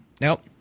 nope